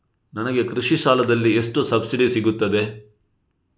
ನನಗೆ ಕೃಷಿ ಸಾಲದಲ್ಲಿ ಎಷ್ಟು ಸಬ್ಸಿಡಿ ಸೀಗುತ್ತದೆ?